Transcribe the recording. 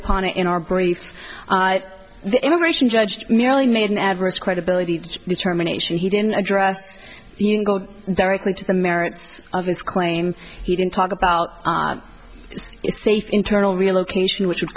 upon it in our brief but the immigration judge merely made an adverse credibility determination he didn't address you go directly to the merits of his claim he didn't talk about internal relocation which would